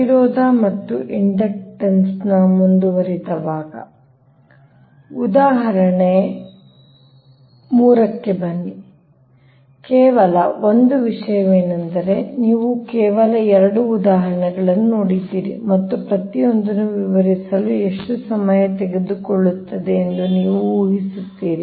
ಪ್ರತಿರೋಧ ಮತ್ತು ಇಂಡಕ್ಟನ್ಸ್ ಮುಂದುವರಿದ ಭಾಗ ಈಗ ಉದಾಹರಣೆ 3 ಗೆ ಬನ್ನಿ ಕೇವಲ ಒಂದು ವಿಷಯವೆಂದರೆ ನೀವು ಕೇವಲ 2 ಉದಾಹರಣೆಗಳನ್ನು ನೋಡಿದ್ದೀರಿ ಮತ್ತು ಪ್ರತಿಯೊಂದನ್ನೂ ವಿವರಿಸಲು ಎಷ್ಟು ಸಮಯ ತೆಗೆದುಕೊಳ್ಳುತ್ತದೆ ಎಂದು ನೀವು ಊಹಿಸುತ್ತೀರಿ